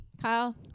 Kyle